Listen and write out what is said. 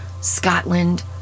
Scotland